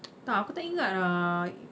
tak aku tak ingat ah